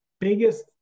biggest